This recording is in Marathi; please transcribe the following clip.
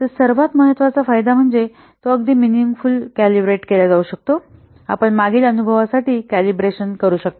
तर सर्वात महत्त्वाचा फायदा म्हणजे तो अगदी मिनिगफुल कॅलिब्रेट केला जाऊ शकतो आपण मागील अनुभवासाठी कॅलिब्रेशन करू शकता